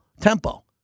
Tempo